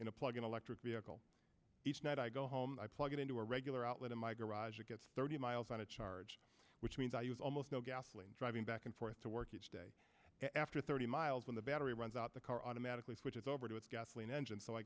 in a plug in electric vehicle each night i go home i plug it into a regular outlet in my garage it gets thirty miles on a charge which means i use almost no gasoline driving back and forth to work each day after thirty miles when the battery runs out the car automatically switches over to a gasoline engine so i